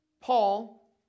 Paul